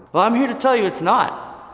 well i'm here to tell you it's not.